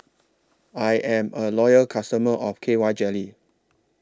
I Am A Loyal customer of K Y Jelly